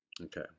okay